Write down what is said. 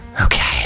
okay